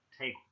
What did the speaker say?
take